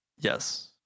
Yes